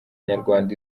nyarwanda